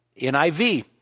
NIV